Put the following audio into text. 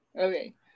Okay